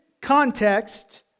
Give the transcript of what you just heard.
context